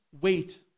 wait